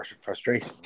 frustration